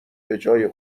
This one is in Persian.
بجای